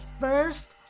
first